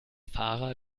fahrer